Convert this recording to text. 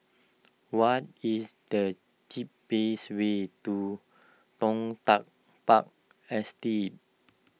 what is the cheapest way to Toh Tuck Park Estate